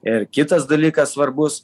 ir kitas dalykas svarbus